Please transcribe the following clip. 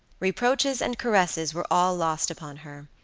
reproaches and caresses were all lost upon her.